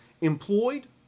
employed